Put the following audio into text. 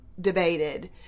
debated